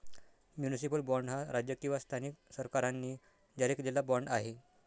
municipal bond हा राज्य किंवा स्थानिक सरकारांनी जारी केलेला बाँड आहे